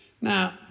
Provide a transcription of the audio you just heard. Now